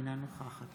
אינה נוכחת